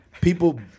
People